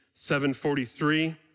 743